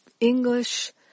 English